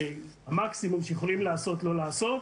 המקסימום שיכולים לעשות הוא לא לעשות,